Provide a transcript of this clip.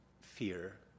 fear